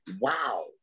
wow